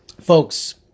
folks